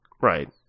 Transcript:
right